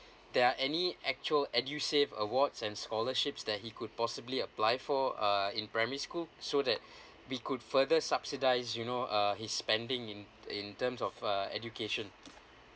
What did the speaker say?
there are any actual edusave awards and scholarships that he could possibly apply for uh in primary school so that we could further subsidise you know uh his spending in in terms of uh education